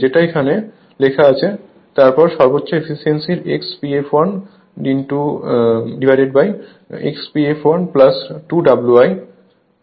যেটা এখানে লেখা আছে তারপর সর্বোচ্চ efficiency x P flx P fl 2 Wi